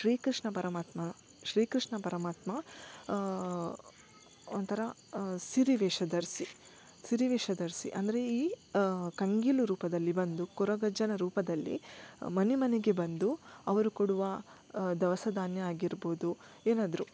ಶ್ರೀಕೃಷ್ಣ ಪರಮಾತ್ಮ ಶ್ರೀಕೃಷ್ಣ ಪರಮಾತ್ಮ ಒಂಥರ ಸಿರಿ ವೇಷ ಧರಿಸಿ ಸಿರಿವೇಷ ಧರಿಸಿ ಅಂದರೆ ಈ ಕಂಗೀಲು ರೂಪದಲ್ಲಿ ಬಂದು ಕೊರಗಜ್ಜನ ರೂಪದಲ್ಲಿ ಮನೆಮನೆಗೆ ಬಂದು ಅವರು ಕೊಡುವ ದವಸ ಧಾನ್ಯ ಆಗಿರ್ಬೋದು ಏನಾದರು